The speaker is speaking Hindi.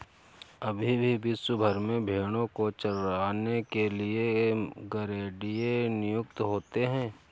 अभी भी विश्व भर में भेंड़ों को चराने के लिए गरेड़िए नियुक्त होते हैं